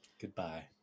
Goodbye